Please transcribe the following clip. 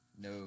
No